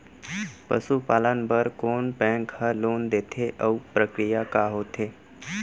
पसु पालन बर कोन बैंक ह लोन देथे अऊ प्रक्रिया का होथे?